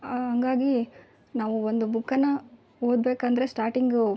ಹಂಗಾಗಿ ನಾವು ಒಂದು ಬುಕ್ಕನ್ನು ಓದಬೇಕಂದ್ರೆ ಸ್ಟಾರ್ಟಿಂಗು